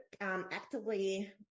actively